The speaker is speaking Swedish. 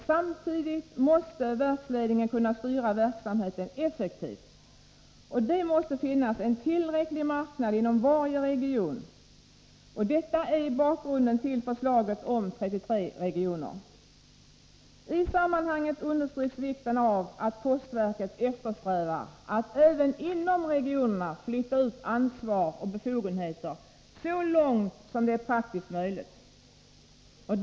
Samtidigt måste verksledningen kunna styra verksamheten effektivt, och det måste finnas en tillräcklig marknad inom varje region. Detta är bakgrunden till förslaget om 33 regioner. I sammanhanget understryks vikten av att postverket eftersträvar att även inom regionerna flytta ut ansvar och befogenheter så långt som det är praktiskt möjligt.